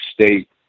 State